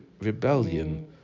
rebellion